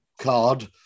card